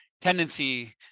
tendency